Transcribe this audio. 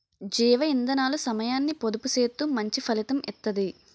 జీవ ఇందనాలు సమయాన్ని పొదుపు సేత్తూ మంచి ఫలితం ఇత్తది